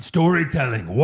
Storytelling